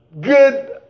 Good